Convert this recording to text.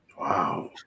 Wow